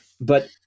but-